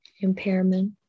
impairment